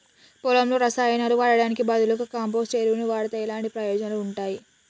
పొలంలో రసాయనాలు వాడటానికి బదులుగా కంపోస్ట్ ఎరువును వాడితే ఎలాంటి ప్రయోజనాలు ఉంటాయి?